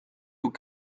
aux